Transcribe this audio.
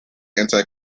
anti